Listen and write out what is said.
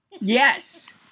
Yes